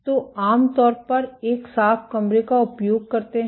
तो आप आमतौर पर एक साफ कमरे का उपयोग करते हैं